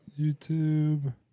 YouTube